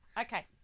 Okay